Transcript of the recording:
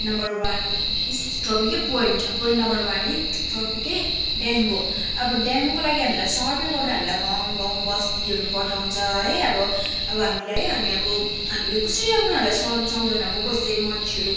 number one yes topic के point number one topic है dengue अब डेङ्गुको लागि हामीलाई सर्भे गर्न हामीलाई गाउँ गाउँ बस्तीहरू पठाउँछ है अब अब हामीलाई है हामी अब हामीले कसरी अब उनीहरूलाई सम सम्झाउनु अब कसै मान्छेहरू